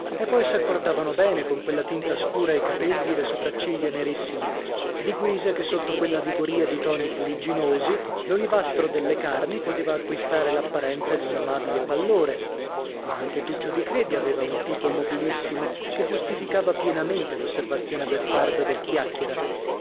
e poi s'accordavano bene con quella tinta scura i capegli e le sopracciglia nerissime di guisa che sotto quella vigoria di toni fuligginosi l'olivastro delle carni poteva acquistare l'apparenza di un amabile pallore ma anche tuccio di credi aveva un tipo mobilissimo che giustificava pienamente l'osservazione beffarda del chiacchiera